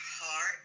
heart